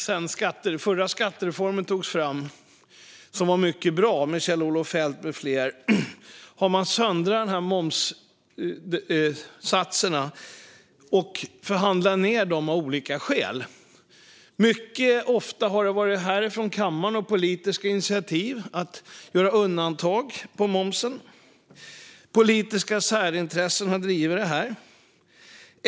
Sedan den förra skattereformen, som var mycket bra, togs fram av Kjell-Olof Feldt med flera har man söndrat momssatserna och förhandlat ned dem av olika skäl. Mycket ofta har det varit politiska initiativ härifrån kammaren att göra undantag i momsen. Politiska särintressen har drivit på.